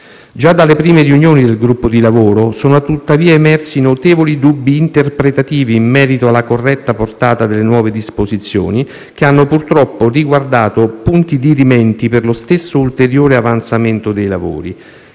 Già dalle prime riunioni del gruppo di lavoro, sono tuttavia emersi notevoli dubbi interpretativi in merito alla corretta portata delle nuove disposizioni, che hanno purtroppo riguardato punti dirimenti per lo stesso ulteriore avanzamento dei lavori